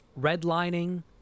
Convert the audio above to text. redlining